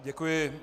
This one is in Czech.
Děkuji.